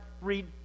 read